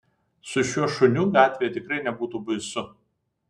su šiuo šuniu gatvėje tikrai nebūtų baisu